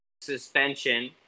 suspension